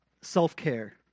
self-care